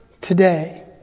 today